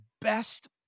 best